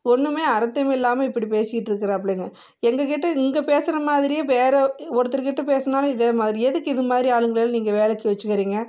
ஒன்றுமே அர்த்தம் இல்லாமல் இப்படி பேசிகிட்டு இருக்கிறாப்பிள்ளேங்க எங்கக்கிட்ட இங்கே பேசுகிறமாதிரியே வேற ஒருத்தர்கிட்ட பேசுனாலும் இதேமாதிரியே எதுக்கு இதுமாதிரி ஆளுங்களை எல்லாம் நீங்கள் வேலைக்கு வச்சிக்கிறீங்க